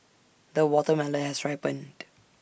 the watermelon has ripened